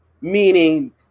meaning